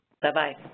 Bye-bye